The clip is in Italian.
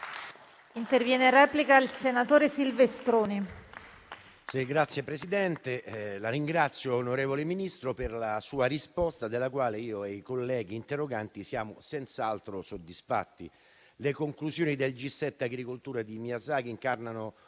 "Il link apre una nuova finestra") *(FdI)*. La ringrazio, onorevole Ministro, per la sua risposta, della quale io e i colleghi interroganti siamo senz'altro soddisfatti. Le conclusioni del G7 agricoltura di Miyazaki incarnano